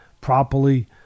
properly